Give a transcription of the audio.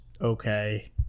okay